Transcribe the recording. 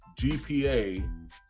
GPA